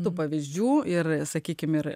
daug pavyzdžių ir sakykim ir